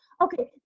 Okay